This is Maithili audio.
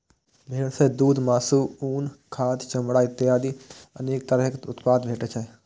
भेड़ सं दूघ, मासु, उन, खाद, चमड़ा इत्यादि अनेक तरह उत्पाद भेटै छै